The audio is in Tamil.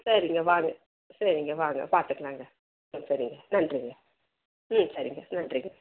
சரிங்க வாங்க சரிங்க வாங்க பார்த்துக்கலாங்க ஆ சரிங்க நன்றிங்க ம் சரிங்க நன்றிங்க